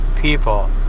people